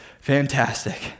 Fantastic